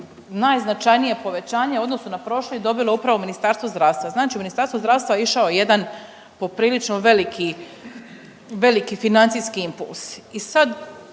najznačajnije povećanje u odnosu na prošli dobilo upravo Ministarstvo zdravstva, znači u Ministarstvo zdravstva išao je jedan poprilično veliki, veliki financijski impuls.